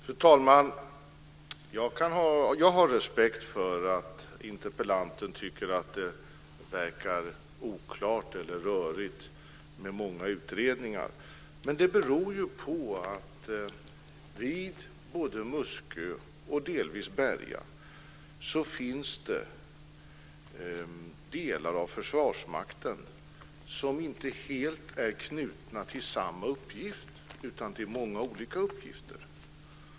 Fru talman! Jag kan ha respekt för att interpellanten tycker att det verkar oklart eller rörigt med många utredningar. Men det beror ju på att det vid Muskö och delvis också vid Berga finns delar av Försvarsmakten som inte helt är knutna till samma uppgift utan till många olika uppgifter.